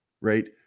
Right